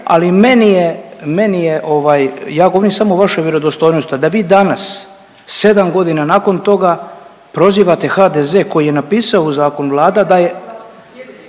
ali meni je, meni je ovaj, ja govorim samo o vašoj vjerodostojnosti, da vi danas, 7 godina nakon toga prozivate HDZ koji je napisao u zakon, Vlada daje,